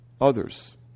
others